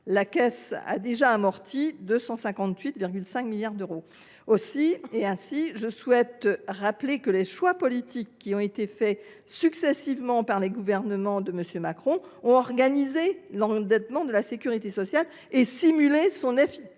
La Caisse a déjà amorti 258,5 milliards d’euros. Je rappelle que les choix politiques qui ont été faits successivement par les gouvernements de M. Macron ont organisé l’endettement de la sécurité sociale et simulé son inefficacité.